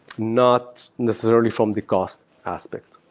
not necessarily from the cost aspect.